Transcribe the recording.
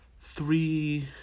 three